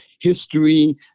history